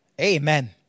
Amen